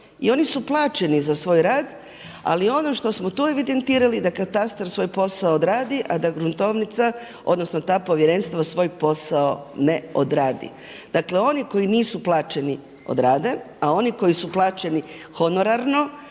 i oni su plaćeni za svoj rad, ali ono što smo tu evidentirali, da katastar svoj posao odradi, a da gruntovnica odnosno ta povjerenstva svoj posao ne odradi. Dakle, oni koji nisu plaćeni odrade, a oni koji su plaćeni honorarno